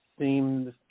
seemed